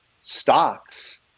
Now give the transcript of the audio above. stocks